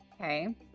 Okay